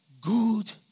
good